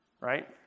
right